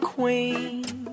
Queen